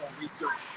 research